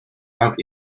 out